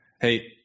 Hey